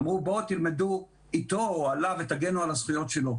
ואמרו: בואו תלמדו איתו או עליו ותגנו על הזכויות שלו,